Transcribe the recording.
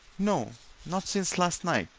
no not since last night,